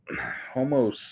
homo